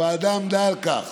הוועדה עמדה על כך